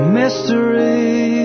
mystery